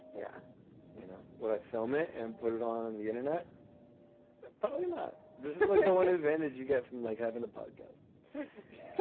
yeah you know what? i film it and put it on the internet probably not. this is like the one advantage you get from like having a podcast